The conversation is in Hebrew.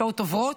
השעות עוברות,